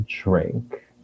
drink